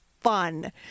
fun